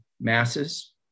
masses